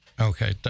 Okay